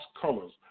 colors